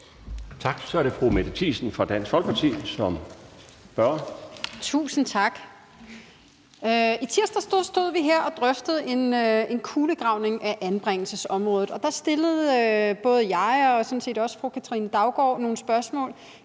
Tak. Så er det fru Mette Thiesen fra Dansk Folkeparti som spørger. Kl. 12:34 Mette Thiesen (DF): Tusind tak. I tirsdags stod vi her og drøftede en kulegravning af anbringelsesområdet, og der stillede både jeg og sådan set også fru Katrine Daugaard nogle spørgsmål